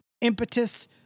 impetus